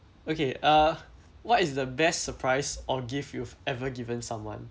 okay uh what is the best surprise or gift you've ever given someone